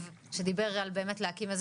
שהצורך של אכיפה